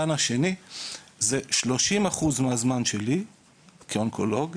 בשל כמות העבודה של האונקולוג,